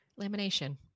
lamination